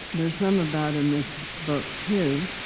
there's some of that in this book too.